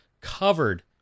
covered